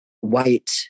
white